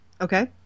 Okay